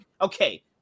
Okay